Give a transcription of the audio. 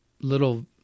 Little